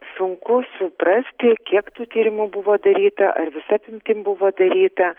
sunku suprasti kiek tų tyrimų buvo daryta ar visa apimtim buvo daryta